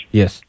yes